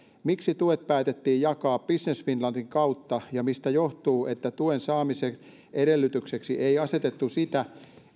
miksi tuet päätettiin jakaa business finlandin kautta ja mistä johtuu että tuen saamisen edellytykseksi ei asetettu sitä